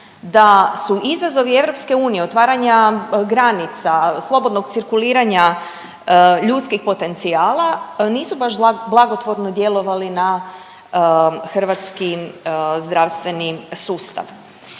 da su izazovi EU, otvaranja granica, slobodnog cirkuliranja ljudskih potencijala, nisu baš blagotvorno djelovali na hrvatski zdravstveni sustav.